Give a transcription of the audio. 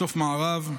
בסוף מערב,